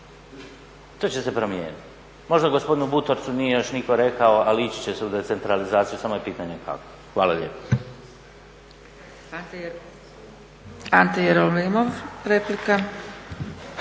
To će se promijeniti. Možda gospodinu Butorcu nije još nitko rekao ali ići će se u decentralizaciju samo je pitanje kako. Hvala lijepo. **Zgrebec, Dragica